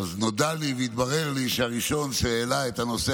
נודע לי והתברר לי שהראשון שהעלה את הנושא